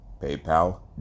paypal